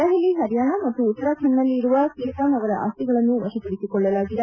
ದೆಹಲಿ ಪರಿಯಾಣ ಮತ್ತು ಉತ್ತರಾಖಂಡ್ನಲ್ಲಿ ಇರುವ ಕೇತಾನ್ ಅವರ ಅಸ್ತಿಗಳನ್ನು ವಶಪಡಿಸಿಕೊಳ್ಳಲಾಗಿದೆ